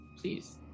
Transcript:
Please